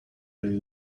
really